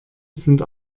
sind